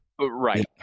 Right